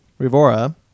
Rivora